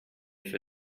for